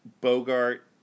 Bogart